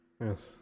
yes